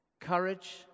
Courage